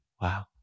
Wow